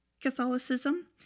Catholicism